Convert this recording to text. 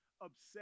obsessed